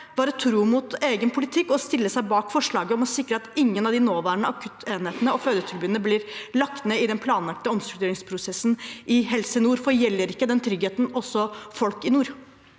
være tro mot egen politikk og stille seg bak forslaget om å sikre at ingen av de nåværende akuttenhetene og fødetilbudene blir lagt ned i den planlagte omstruktureringsprosessen i Helse nord? Gjelder ikke den tryggheten også folk i nord?